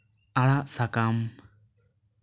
ᱟᱲᱟᱜ ᱥᱟᱠᱟᱢ